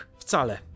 wcale